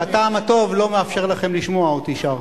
והטעם הטוב לא מאפשר לכם לשמוע אותי שר.